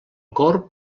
corb